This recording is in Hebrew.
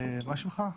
מה שמך?